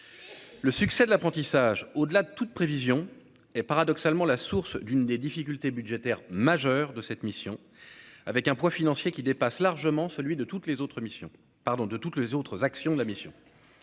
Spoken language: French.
le succès de l'apprentissage, au-delà de toute prévision et paradoxalement la source d'une des difficultés budgétaires majeures de cette mission avec un poids financier qui dépasse largement celui de toutes les autres missions, pardon,